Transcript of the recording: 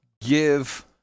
give